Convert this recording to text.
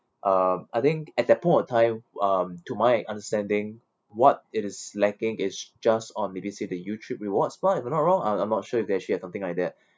uh I think at that point of time um to my understanding what it is lacking is just on maybe say the YouTrip rewards points if I'm not wrong I'm I'm not sure if they actually have something like that